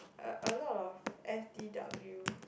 uh a lot of F_D_W